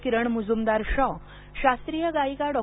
किरण Mazumdar Shaw शास्त्रीय गायिका डॉ